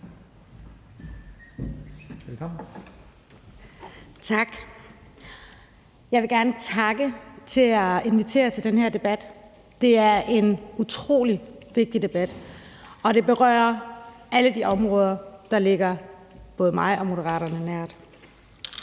Tak. Jeg vil gerne takke for at invitere til den her debat. Det er en utrolig vigtig debat, og den berører alle de områder, der ligger både mig og Moderaterne nær.